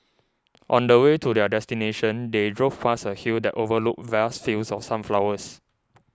on the way to their destination they drove past a hill that overlooked vast fields of sunflowers